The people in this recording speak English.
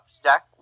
Zach